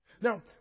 Now